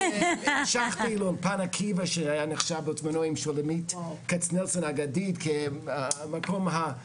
המשכתי לאולפן עקיבא שהיה נחשב עם שולמית כצנלסון האגדית כמקום ה- ,